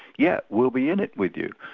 yes, we'll be in it with you.